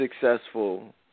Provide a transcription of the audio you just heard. successful